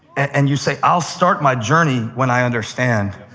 and you say, i'll start my journey when i understand,